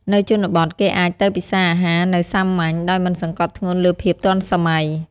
នៅជនបទគេអាចទៅពិសារអាហារនៅសាមញ្ញ ដោយមិនសង្កត់ធ្ងន់លើភាពទាន់សម័យ។